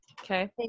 okay